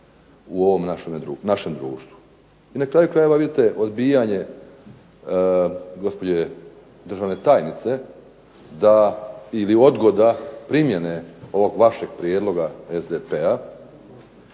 u ovom našem društvu. I na kraju krajeva vidite, odbijanje gospođe državne tajnice ili odgoda primjene ovog vašeg prijedloga SDP-a